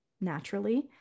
naturally